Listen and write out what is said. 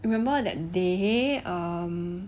you remember that day um